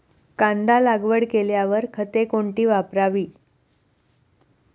कांदा लागवड केल्यावर खते कोणती वापरावी?